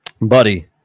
Buddy